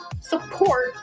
support